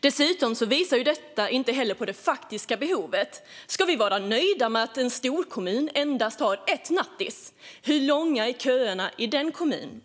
Dessutom visar detta inte heller på det faktiska behovet. Ska vi vara nöjda med att en storkommun har endast ett nattis? Hur långa är köerna i den kommunen?